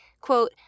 quote